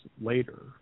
later